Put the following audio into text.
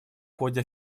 ходе